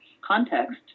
context